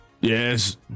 yes